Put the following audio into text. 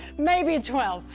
maybe twelve,